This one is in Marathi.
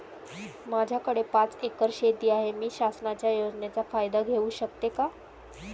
माझ्याकडे पाच एकर शेती आहे, मी शासनाच्या योजनेचा फायदा घेऊ शकते का?